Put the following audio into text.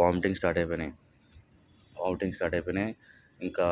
vomitings start అయిపోయినాయి vomitings start అయిపోయినాయి ఇంకా